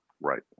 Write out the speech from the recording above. Right